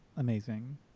Amazing